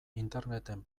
interneten